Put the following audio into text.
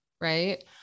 Right